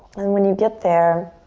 and when you get there,